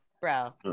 Bro